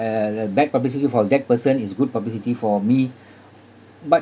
uh the bad publicity for that person is good publicity for me but